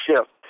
shift